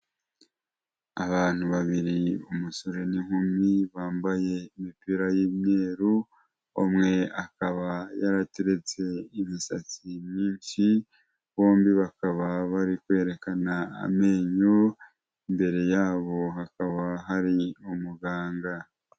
Abantu babiri umusore n'inkumi, bambaye imipira y'imyeru, umwe akaba yarateretse imisatsi myinshi, bombi bakaba bari kwerekana amenyo, imbere yabo hakaba hari umuganga.